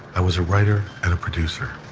i was a writer and a producer.